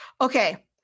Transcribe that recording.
Okay